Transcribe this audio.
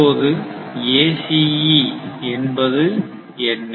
இப்போது ACE என்பது என்ன